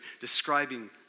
describing